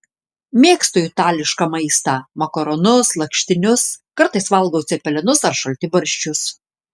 mėgstu itališką maistą makaronus lakštinius kartais valgau cepelinus ar šaltibarščius